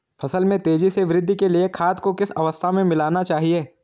फसल में तेज़ी से वृद्धि के लिए खाद को किस अवस्था में मिलाना चाहिए?